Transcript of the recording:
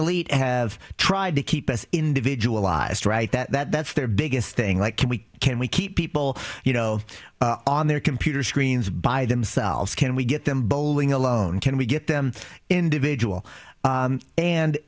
elite have tried to keep us individualized right that that's their biggest thing like can we can we keep people you know on their computer screens by themselves can we get them bowling alone can we get them individual